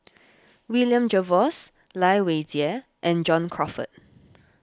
William Jervois Lai Weijie and John Crawfurd